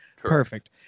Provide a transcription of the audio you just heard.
Perfect